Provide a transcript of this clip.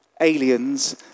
aliens